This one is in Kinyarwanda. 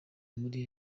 muri